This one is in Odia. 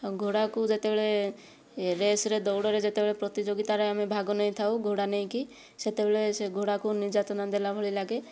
ଆଉ ଘୋଡ଼ାକୁ ଯେତେବେଳେ ରେସ୍ରେ ଦୌଡ଼ରେ ଯେତେବେଳେ ପ୍ରତିଯୋଗିତାରେ ଆମେ ଭାଗ ନେଇଥାଉ ଘୋଡ଼ା ନେଇକି ସେତେବେଳେ ସେ ଘୋଡ଼ାକୁ ନିର୍ଯାତନା ଦେଲା ଭଳି ଲାଗେ